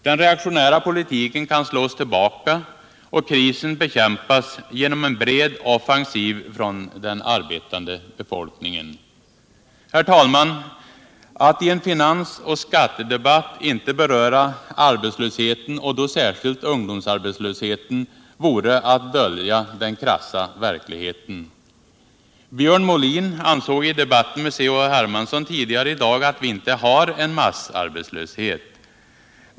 Den reaktionära politiken kan slås tillbaka och krisen bekämpas genom en bred offensiv från Finansdebatt Finansdebatt 140 den arbetande befolkningen. Herr talman! Att i en finans och skattedebatt inte beröra arbetslösheten och då särskilt ungdomsarbetslösheten vore att dölja den krassa verkligheten. Björn Molin ansåg i debatten med Carl-Henrik Hermansson tidigare i dag att vi inte har en massarbetslöshet.